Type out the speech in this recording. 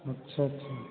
अच्छा अच्छा